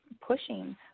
pushing